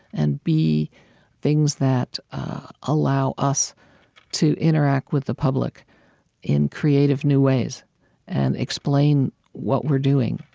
and b things that allow us to interact with the public in creative new ways and explain what we're doing,